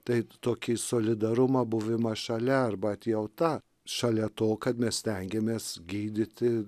tai tokį solidarumą buvimą šalia arba atjauta šalia to kad mes stengiamės gydyti